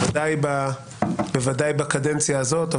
בוודאי בקדנציה הזאת,